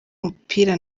umupira